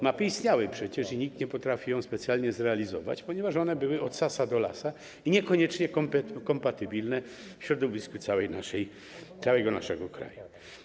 Mapy istniały przecież i nikt nie potrafił ich specjalnie zrealizować, ponieważ one były od Sasa do Lasa i niekoniecznie kompatybilne w środowisku całego naszego kraju.